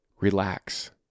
Relax